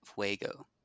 Fuego